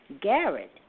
Garrett